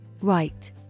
Right